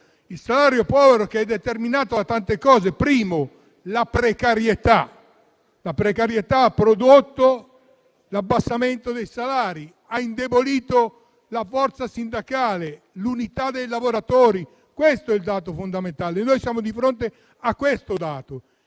il salario povero è determinato dalla precarietà, che ha prodotto l'abbassamento dei salari e ha indebolito la forza sindacale, l'unità dei lavoratori. Questo è il dato fondamentale. Siamo di fronte a questo dato.